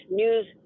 news